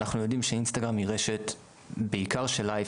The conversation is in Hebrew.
אנחנו יודעים שאינסטגרם היא רשת בעיקר של "לייף